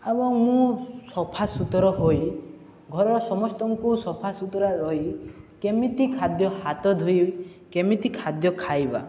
ଏବଂ ମୁଁ ସଫାସୁୁତୁରା ହୋଇ ଘରର ସମସ୍ତଙ୍କୁ ସଫାସୁୁତୁରା ରହି କେମିତି ଖାଦ୍ୟ ହାତ ଧୋଇ କେମିତି ଖାଦ୍ୟ ଖାଇବା